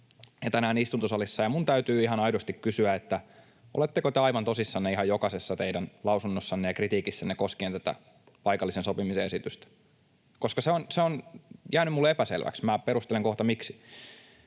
ja tänään istuntosalissa, ja minun täytyy ihan aidosti kysyä, oletteko te aivan tosissanne ihan jokaisessa teidän lausunnossanne ja kritiikissänne koskien tätä paikallisen sopimisen esitystä, koska se on jäänyt minulle epäselväksi. Minä perustelen kohta, miksi.